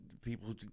people